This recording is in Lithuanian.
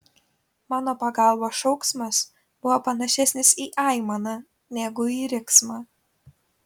mano pagalbos šauksmas buvo panašesnis į aimaną negu į riksmą